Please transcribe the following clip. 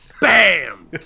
Bam